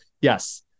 Yes